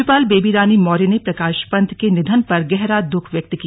राज्यपाल बेबी रानी मौर्य ने प्रकाश पंत के निधन पर गहरा दुख व्यक्त किया